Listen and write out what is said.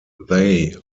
they